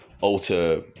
alter